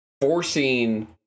forcing